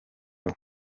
your